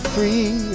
Free